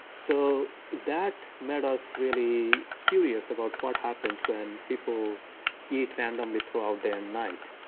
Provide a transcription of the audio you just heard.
so that made us really curious about what happens when people eat randomly throughout day and night,